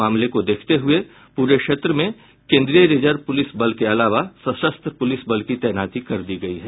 मामले को देखते हुये पूरे क्षेत्र में केंद्रीय रिजर्व पुलिस बल के अलावा सशस्त्र पुलिस बल की तैनाती कर दी गयी है